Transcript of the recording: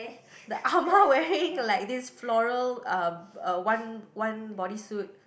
the ah ma wearing like this floral uh uh one one bodysuit